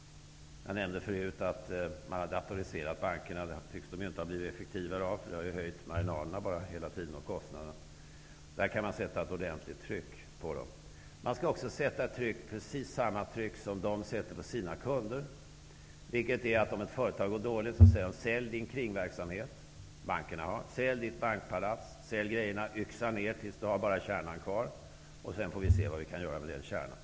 Jag nämnde förut att bankerna har datoriserats, men de tycks inte ha blivit effektivare, då marginalerna och kostnaderna har höjts hela tiden. Där kan man sätta ett tryck på dem, precis samma tryck som de sätter på sina kunder. Om ett företag går dåligt säger man: Sälj kringverksamheten! Till bankerna skall man säga: Sälj bankpalatsen och grejerna! Yxa till dem tills det är bara kärnan kvar, och sedan får vi se vad vi kan göra med den kärnan!